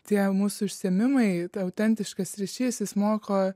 tie mūsų užsiėmimai ta autentiškas ryšys jis moko